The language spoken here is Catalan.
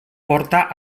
porta